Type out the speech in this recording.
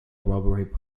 robbery